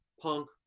punk